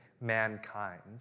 mankind